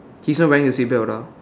he's not wearing the seat belt ah